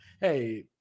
Hey